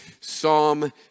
Psalm